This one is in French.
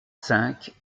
cinq